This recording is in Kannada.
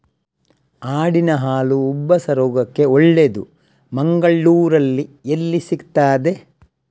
ಆಡಿನ ಹಾಲು ಉಬ್ಬಸ ರೋಗಕ್ಕೆ ಒಳ್ಳೆದು, ಮಂಗಳ್ಳೂರಲ್ಲಿ ಎಲ್ಲಿ ಸಿಕ್ತಾದೆ?